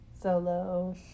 Solo